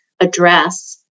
address